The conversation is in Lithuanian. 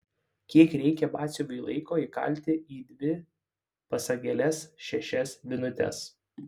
kiek reikia batsiuviui laiko įkalti į dvi pasagėles šešias vinutes